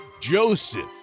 Joseph